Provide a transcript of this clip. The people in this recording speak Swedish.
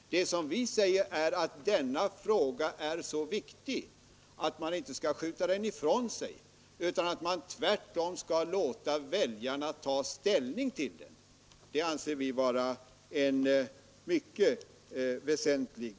Det vi säger är att denna fråga är så viktig att man inte skall skjuta den ifrån sig utan att man tvärtom skall låta väljarna ta ställning till den. Det anser vi vara mycket väsentligt.